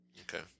Okay